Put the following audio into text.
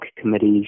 committees